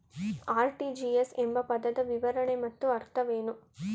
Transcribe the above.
RTGS ಎಂಬ ಪದದ ವಿವರಣೆ ಮತ್ತು ಅರ್ಥವೇನು?